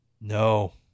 No